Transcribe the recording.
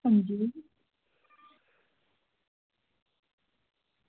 अंजी